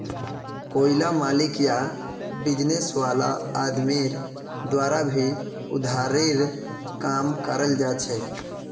कोईला मालिक या बिजनेस वाला आदमीर द्वारा भी उधारीर काम कराल जाछेक